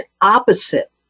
opposite